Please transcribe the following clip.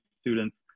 students